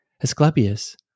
Asclepius